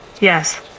Yes